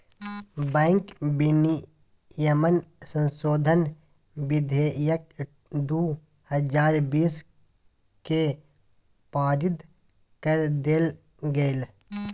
bank विनियमन संशोधन विधेयक दू हजार बीस के पारित कर देल गेलय